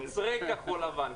מוצרי כחול לבן,